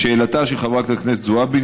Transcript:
לשאלתה של חברת הכנסת זועבי,